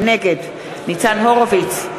נגד ניצן הורוביץ,